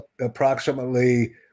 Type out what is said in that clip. approximately